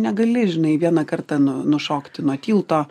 negali žinai vieną kartą nu nušokti nuo tilto